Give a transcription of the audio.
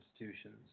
institutions